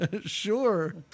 sure